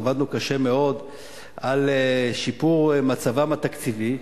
עבדנו קשה מאוד על שיפור מצבם התקציבי.